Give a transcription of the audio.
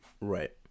Right